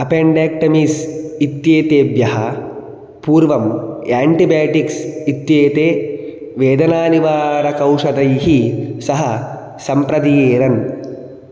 appendectomies इत्येतेभ्यः पूर्वं antibiotics इत्येते वेदनानिवारकौषधैः सह सम्प्रदीयेरन्